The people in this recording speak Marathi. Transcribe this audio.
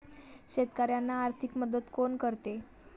शेतकऱ्यांना आर्थिक मदत कोण करते?